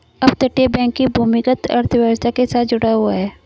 अपतटीय बैंकिंग भूमिगत अर्थव्यवस्था के साथ जुड़ा हुआ है